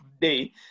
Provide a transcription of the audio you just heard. day